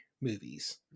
movies